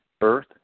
earth